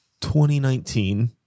2019